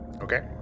Okay